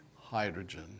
hydrogen